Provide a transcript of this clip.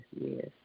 yes